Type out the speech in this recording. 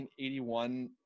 1981